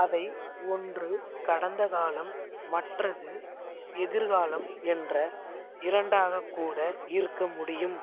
அவை ஒன்று கடந்த காலம் மற்றது எதிர்காலம் என்ற இரண்டாகக் கூட இருக்க முடியும்